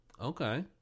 Okay